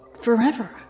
forever